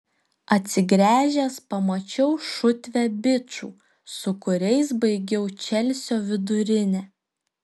atsigręžęs pamačiau šutvę bičų su kuriais baigiau čelsio vidurinę